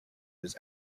his